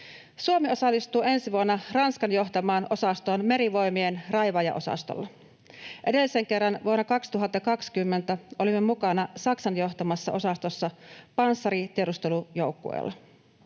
Suomi osallistuu ensi vuonna Ranskan johtamaan osastoon Merivoimien raivaajaosastolla. Edellisen kerran, vuonna 2020 olimme mukana Saksan johtamassa osastossa panssaritiedustelujoukkueella.